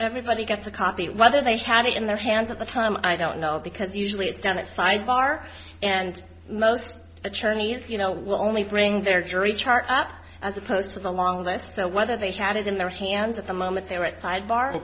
everybody gets a copy whether they had it in their hands at the time i don't know because usually it's done it's tigar and most attorneys you know will only bring their jury chart out as opposed to the long list so whether they had it in their hands at the moment they were at sidebar